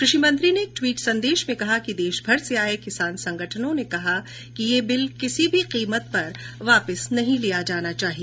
कृषि मंत्री ने एक ट्वीट संदेश में कहाँ कि देशभर से आये किसान संगठनों ने कहा कि ये बिल किसी भी कीमत पर वापिस नहीं लिया जाना चाहिए